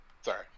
Sorry